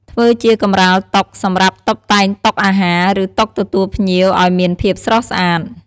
ធ្វើជាកម្រាលតុសម្រាប់តុបតែងតុអាហារ ឬតុទទួលភ្ញៀវឱ្យមានភាពស្រស់ស្អាត។